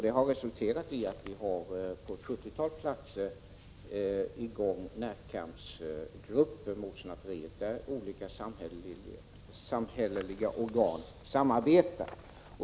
Det resulterade i att vi på ett 70-tal platser har Närkampsgrupper i gång mot snatteriet, där olika samhälleliga organ samarbetar.